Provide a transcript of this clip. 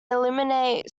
eliminate